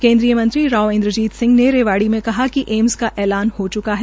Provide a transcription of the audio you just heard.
केन्द्रीय मंत्री राव इन्द्रजीत सिंह ने रेवाड़ी में कहा कि ऐम्स का ऐलान हो च्का है